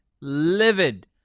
Livid